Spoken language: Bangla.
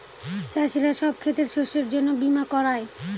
চাষীরা সব ক্ষেতের শস্যের জন্য বীমা করায়